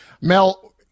Mel